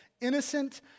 innocent